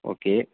okay